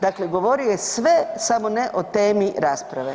Dakle, govorio je sve samo ne o temi rasprave.